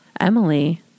Emily